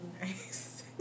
nice